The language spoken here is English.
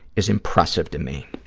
is impressive to me.